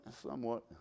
somewhat